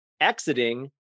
exiting